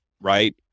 right